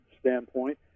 standpoint